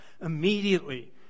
Immediately